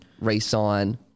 re-sign